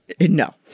no